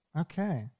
Okay